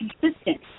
consistent